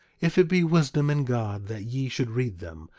if it be wisdom in god that ye should read them,